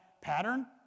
pattern